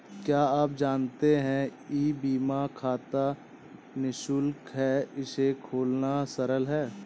क्या आप जानते है ई बीमा खाता निशुल्क है, इसे खोलना सरल है?